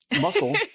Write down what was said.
Muscle